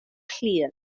clir